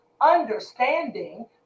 understanding